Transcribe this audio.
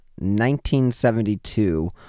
1972